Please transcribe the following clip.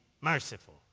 merciful